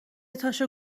تاشو